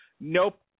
Nope